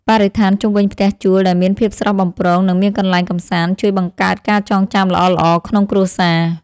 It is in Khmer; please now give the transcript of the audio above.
បរិស្ថានជុំវិញផ្ទះជួលដែលមានភាពស្រស់បំព្រងនិងមានកន្លែងកម្សាន្តជួយបង្កើតការចងចាំល្អៗក្នុងគ្រួសារ។